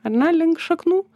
ar ne link šaknų